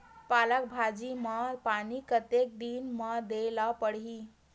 पालक भाजी म पानी कतेक दिन म देला पढ़ही?